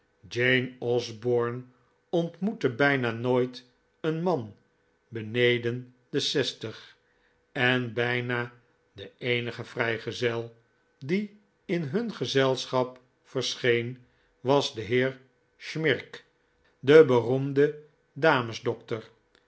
jane osborne ontmoette bijna nooit een man beneden de zestig en bijna de eenige vrijgezel die in hun gezelschap verscheen was de heer smirk de beroemde